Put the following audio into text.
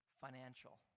financial